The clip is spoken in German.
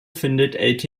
findet